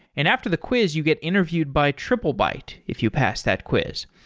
and after the quiz you get interviewed by triplebyte if you pass that quiz.